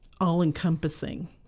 all-encompassing